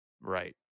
right